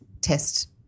test